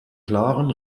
klaren